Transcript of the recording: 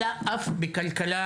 אלא אף בכלכלה